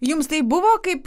jums taip buvo kaip